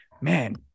Man